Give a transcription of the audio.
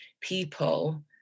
people